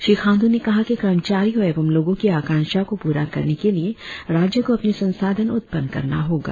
श्री खाण्डु ने कहा कि कर्मचारियों एवं लोगों की आकांक्षा को पूरा करने के लिए राज्य को अपनी संसाधन उत्पन्न करना होगा